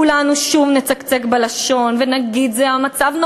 כולנו שוב נצקצק בלשון ונגיד: זה המצב,